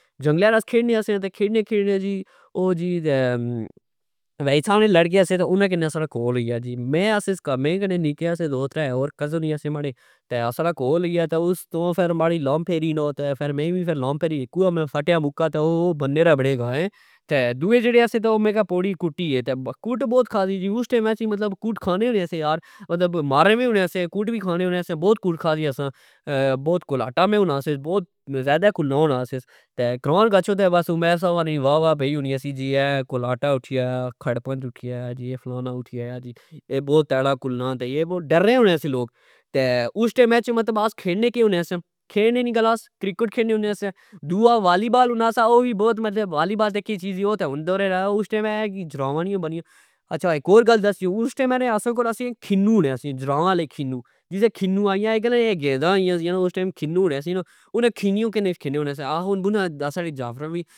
جنگلہ آس کھیلنے سیا تہ کھیلنے ,کھیلنے جی او جی تہ سامنے لڑکے سے انا نال ساڑا کول ہوئی گیا .جی میں آسسکامیں آ سا, تہ نکے آ سے دو ترہ ,ہور کزن وی آ سے ,ساڑے اس فر ماری لام پھری میں وی فر لام پھیری اک اوہہ میں سٹیا مکا ,تہ او بنے ربڑہہگا ایں تہ دؤے جیڑےآسے تہ اوکیکہ پوڑی کٹی گئے .کٹ اس ٹئم بؤ کھادی جی, اس ٹئمہچ وی کٹ کھانے ٍہونے سیا یار مطلب مارنے وی سے کٹ وی کھانے ہونے سیاں بوت کٹ کھادی اساں بوت کلاٹا میں ہونا سا بوت ذئدا کلنا ہونا سا کرا گچھو تہ عمیر صاحب نی واوا پئی ہونی سی جی اہہ کولاٹا اٹی آیا کھرپنج اٹھی آیا جی اے فلانا اٹھی آیا جی اے بؤ ڈیڈا کلنا تہ یہ وہ ڈرنے ہونے سے لوک اس ٹئمہچ آس مطلب کھینے کہ ہونے سیاکھیلنے نی گل آس کرکٹ کھیلنے سیا دؤا والی بال ہونا سا والی کہ چیز ای ہن دکن آ اس ٹئم اےدا کہ جراوااس ٹئم اسا کول اسی کھنو ہونے سی جرابا آلے کھنو جسے کھنو آدے اس ٹئم گیندا آیئیا سی نا اس ٹئم کھنو ہونے سے نا آ ہن بنا دسا جافرا وی